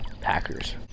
Packers